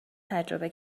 تجربه